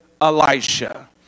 Elisha